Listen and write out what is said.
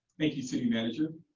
thank you city manager.